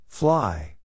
Fly